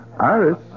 Iris